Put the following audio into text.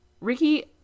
Ricky